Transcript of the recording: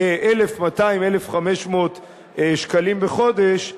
כ-1,200, 1,500 שקלים בחודש.